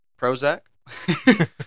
Prozac